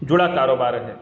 جڑا کاروبار ہے